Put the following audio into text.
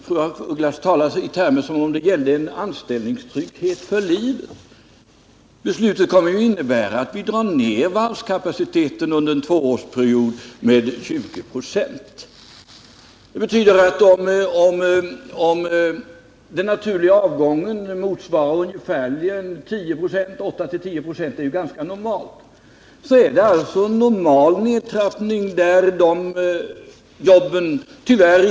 Fru af Ugglas talar i termer som om det gällde en anställningstrygghet för livet. Beslutet kommer ju att innebära att vi under en tvåårsperiod drar ned varvskapaciteten med 20 26. Om den naturliga avgången motsvarar 8—-10 96 — det är ganska normalt — så är det alltså en nedtrappning som avviker från ett känt mönster.